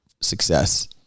success